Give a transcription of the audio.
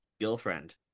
girlfriend